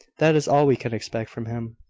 that is all we can expect from him.